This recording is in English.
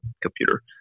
computer